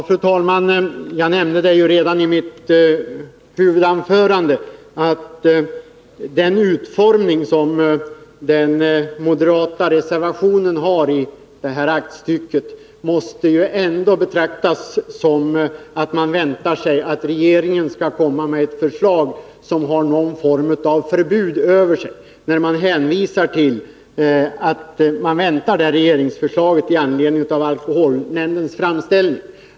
Fru talman! Jag nämnde redan i mitt huvudanförande att den utformning som den moderata reservationen har i det här aktstycket ändå måste uppfattas så, att man väntar sig att regeringen skall komma med ett förslag som innebär någon form av förbud. Det hänvisas ju till att man väntar det här regeringsförslaget i anledning av alkoholnämndens framställning.